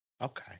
Okay